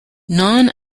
non